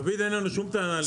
דוד אין לנו שום טענה אליך.